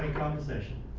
and conversation